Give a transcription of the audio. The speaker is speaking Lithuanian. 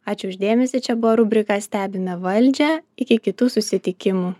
ačiū už dėmesį čia buvo rubrika stebime valdžią iki kitų susitikimų